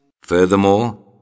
Furthermore